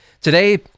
Today